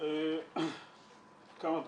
כמה דברים.